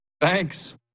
Thanks